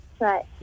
Right